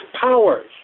powers